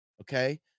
okay